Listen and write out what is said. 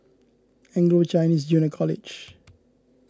Anglo Chinese Junior College